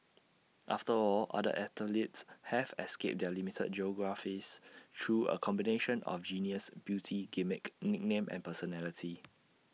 after all other athletes have escaped their limited geographies through A combination of genius beauty gimmick nickname and personality